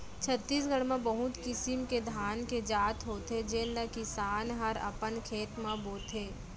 छत्तीसगढ़ म बहुत किसिम के धान के जात होथे जेन ल किसान हर अपन खेत म बोथे